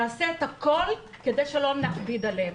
נעשה את הכול כדי שלא נכביד עליהם,